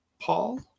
Paul